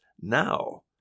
now